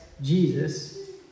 Jesus